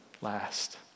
last